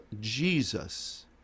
Jesus